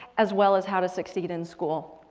as well as how to succeed in school.